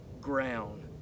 ground